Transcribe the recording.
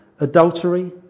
adultery